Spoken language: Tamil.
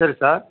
சரி சார்